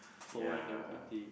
ya